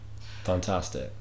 Fantastic